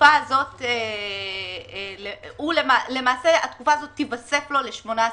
התקופה הזאת תיווסף לו ל-18 החודשים.